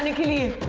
and tell you